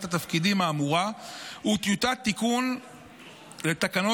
התפקידים האמורה וטיוטת תיקון לתקנות,